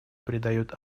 придает